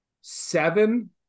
seven